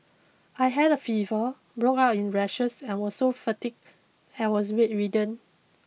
I had a fever broke out in rashes and was so fatigued I was bedridden